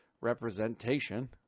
representation